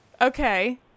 Okay